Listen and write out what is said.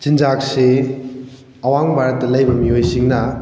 ꯆꯤꯟꯖꯥꯛꯁꯤ ꯑꯋꯥꯡ ꯚꯥꯔꯠꯇ ꯂꯩꯕ ꯃꯤꯑꯣꯏꯁꯤꯡꯅ